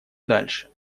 дальше